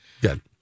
Good